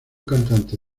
cantante